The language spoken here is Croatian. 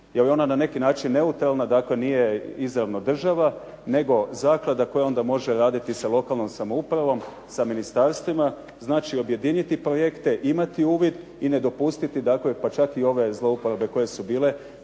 jer je ona na neki način neutralna, dakle nije izravno država nego zaklada koja onda može raditi sa lokalnom samoupravom, sa ministarstvima, znači objediniti projekte, imati uvid i ne dopustiti dakle pa čak i ove zlouporabe koje su bile,